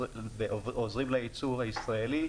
ועוזרים לייצור הישראלי,